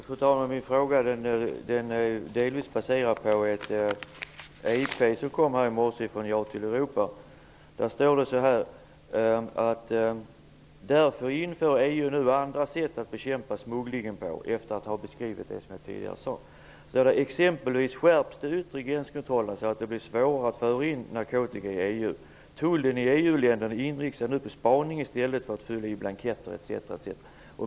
Fru talman! Min fråga baseras delvis på ett EP meddelande som kom i morse från Ja till Europa. Där står det efter en beskrivning av vad jag tidigare talat om: ''Därför inför EU nu andra sätt att bekämpa smugglingen på.'' Dessutom står det: ''Exempelvis skärps de yttre gränskontrollerna så att det blir svårare att föra in narkotika i EU. Tullen i EU-länderna inriktar sig nu på spaning i stället för att fylla i blanketter.''